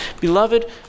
Beloved